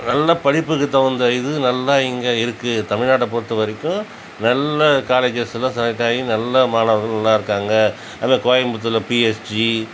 நல்ல படிப்புக்கு தகுந்த இது நல்லா இங்கே இருக்குது தமிழ்நாட்டைப் பொறுத்த வரைக்கும் நல்ல காலேஜஸில் செலக்ட்டாகி நல்ல மாணவர்கள்லாம் இருக்காங்க நல்ல கோயம்புத்தூரில் பிஎஸ்ஜி